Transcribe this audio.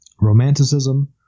Romanticism